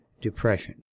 depression